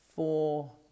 Four